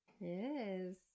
Yes